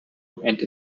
and